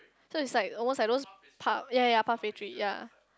so it's like almost like those pub yea yea yea puppetry yea